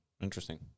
Interesting